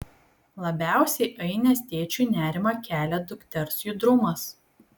labiausiai ainės tėčiui nerimą kelia dukters judrumas